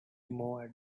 more